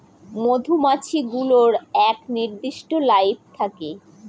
মধুমাছি গুলোর এক নির্দিষ্ট লাইফ থাকে